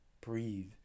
breathe